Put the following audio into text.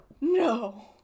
no